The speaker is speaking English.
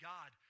God